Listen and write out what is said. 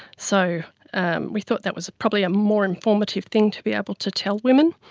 so and we thought that was probably a more informative thing to be able to tell women.